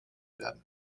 werden